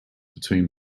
between